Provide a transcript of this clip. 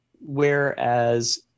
whereas